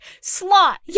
slot